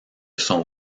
sont